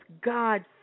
God